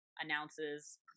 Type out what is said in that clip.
announces